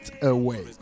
Away